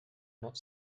not